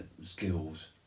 skills